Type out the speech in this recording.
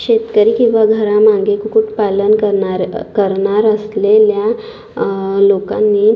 शेतकरी किंवा घरामागे कुक्कुटपालन करणाऱ्या करणार असलेल्या लोकांनी